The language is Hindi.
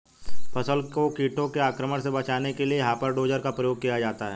फसल को कीटों के आक्रमण से बचाने के लिए हॉपर डोजर का प्रयोग किया जाता है